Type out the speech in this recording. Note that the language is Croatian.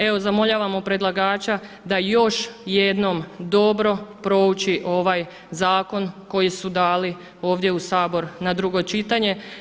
Evo zamoljavamo predlagača da još jednom dobro prouči ovaj zakon koji su dali ovdje u Sabor na drugo čitanje.